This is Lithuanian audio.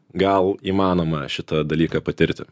gal įmanoma šitą dalyką patirti